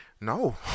No